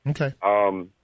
Okay